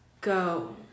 go